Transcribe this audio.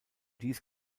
dies